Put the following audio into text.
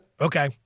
Okay